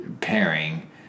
pairing